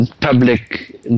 public